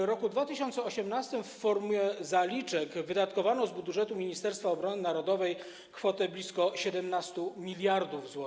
W roku 2018 w formie zaliczek wydatkowano z budżetu Ministerstwa Obrony Narodowej kwotę blisko 17 mld zł.